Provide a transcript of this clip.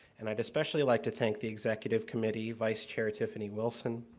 and, i'd especially like to thank the executive committee, vice chair tiffany wilson,